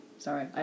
Sorry